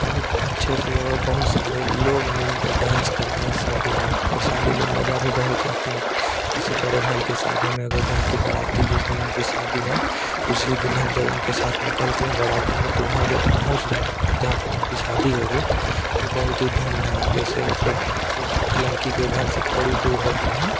बहुत अच्छे से बहुत और सारे लोग मिल के डांस करते हैं शादी में और शादी में मजा भी बहुत आता है कि किसी बड़े भाई के शादी में अगर जो उनकी बारात थी जिस दिन उनकी शादी है उसी दिन हम जो उनके साथ निकलते हैं बाराती में तो वहाँ जब पहुँच जाते हैं जहाँ पर उनकी शादी होगी तो बहुत ही धूम धड़ाके से मतलब जब लड़की के घर से थोड़ी दूर होते हैं